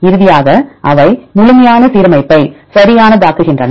இறுதியாக அவை முழுமையான சீரமைப்பை சரியானதாக்குகின்றன